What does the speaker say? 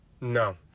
no